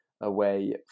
away